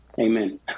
Amen